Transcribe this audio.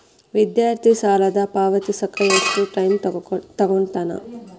ವಿದ್ಯಾರ್ಥಿ ಸಾಲನ ಪಾವತಿಸಕ ಎಷ್ಟು ಟೈಮ್ ತೊಗೋತನ